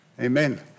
Amen